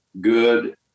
good